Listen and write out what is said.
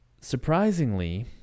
Surprisingly